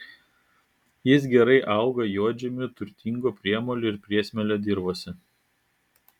jis gerai auga juodžemiu turtingo priemolio ir priesmėlio dirvose